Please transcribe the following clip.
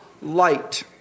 light